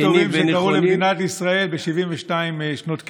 שקרו למדינת ישראל ב-72 שנות קיומה.